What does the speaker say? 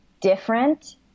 different